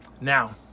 Now